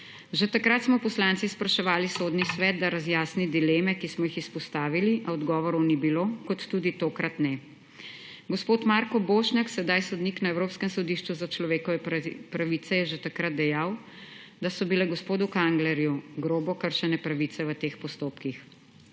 Že takrat smo poslanci spraševali Sodni svet, da razjasni dileme, ki smo jih izpostavili, a odgovorov ni bilo, kot tudi tokrat ne. Gospod Marko Bošnjak, sedaj sodnik na Evropskem sodišču za človekove pravice, je že takrat dejal, da so bile gospodu Kanglerju grobo kršene pravice v teh postopkih.